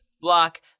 block